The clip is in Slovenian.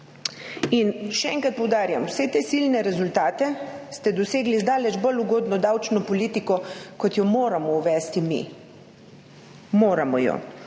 Še enkrat poudarjam, vse te silne rezultate ste dosegli z daleč bolj ugodno davčno politiko, kot jo moramo uvesti mi. Moramo jo.